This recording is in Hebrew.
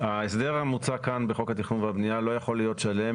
ההסדר המוצע כאן בחוק התכנון והבנייה לא יכול להיות שלם